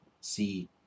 see